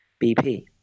bp